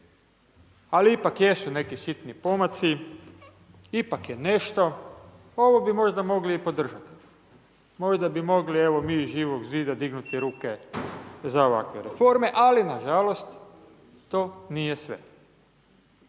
ali ipak jesu neki sitni pomaci, ipak je nešto, ovo bi možda mogli i podržat, možda bi mogli mi iz Živog zida dignuti ruke za ovakve reforme, ali nažalost to nije sve.